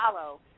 follow